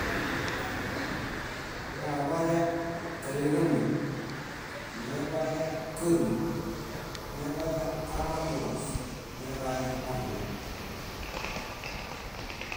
. Waḃaya káleġamo, neḃaya káruy, neḃaya kambuloos, neḃaya oɭẽ.